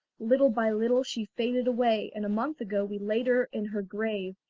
little by little she faded away, and a month ago we laid her in her grave,